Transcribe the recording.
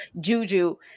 juju